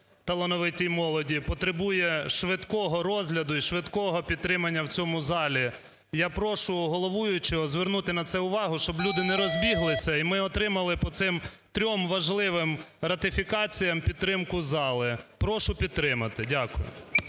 талановитій молоді, потребує швидкого розгляду і швидкого підтримання в цьому залі. Я прошу головуючого звернути на це увагу, щоб люди не розбіглися і ми отримали по цим трьом важливим ратифікаціям підтримку зали. Прошу підтримати. Дякую.